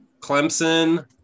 Clemson